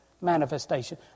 Manifestation